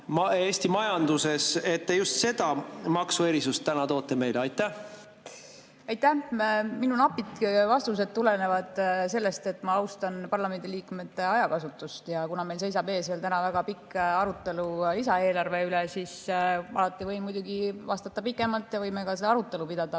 Eesti majanduses, et te just selle maksuerisuse täna toote meie ette? Aitäh! Minu napid vastused tulenevad sellest, et ma austan parlamendiliikmete ajakasutust ja meil seisab ees veel väga pikk arutelu lisaeelarve üle. Ma võin muidugi vastata ka pikemalt ja me võime seda arutelu pidada